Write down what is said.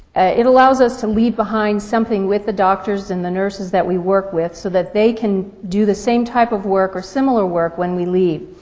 it allows us to leave behind something with the doctors and the nurses that we work with so that they can do the same type of work or similar work when we leave.